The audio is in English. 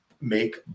make